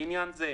לעניין זה,